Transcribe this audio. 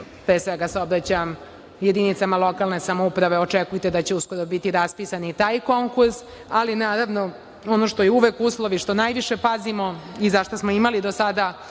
pre svega se obraćam jedinicama lokalne samouprave, uskoro biti raspisan i taj konkurs, ali naravno, ono što je uvek uslov i što najviše pazimo i za šta smo imali do sada